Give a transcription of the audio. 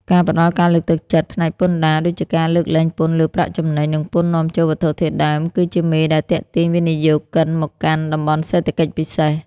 ការផ្ដល់ការលើកទឹកចិត្តផ្នែកពន្ធដារ ដូចជាការលើកលែងពន្ធលើប្រាក់ចំណេញ និងពន្ធនាំចូលវត្ថុធាតុដើម គឺជាមេដែកទាក់ទាញវិនិយោគិនមកកាន់ តំបន់សេដ្ឋកិច្ចពិសេស។